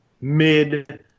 mid-